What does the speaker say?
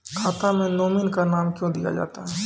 खाता मे नोमिनी का नाम क्यो दिया जाता हैं?